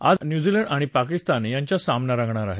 आज न्यूझीलंडचा आणि पाकिस्तान यांच्यात सामना होणार आहे